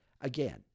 again